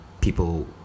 people